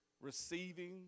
receiving